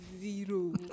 zero